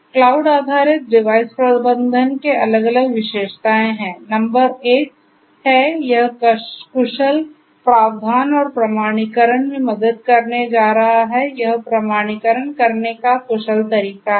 cloud आधारित device प्रबंधन की अलग अलग विशेषताएं हैं नंबर 1 है यह कुशल प्रावधान और प्रमाणीकरण में मदद करने जा रहा है यह प्रमाणीकरण करने का कुशल तरीका है